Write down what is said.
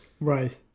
right